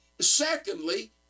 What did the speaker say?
Secondly